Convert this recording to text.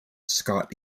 scott